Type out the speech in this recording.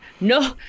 no